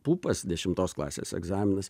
pupas dešimtos klasės egzaminas